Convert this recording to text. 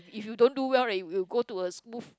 if you don't do well right you will go to a smooth